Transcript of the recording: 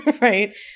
right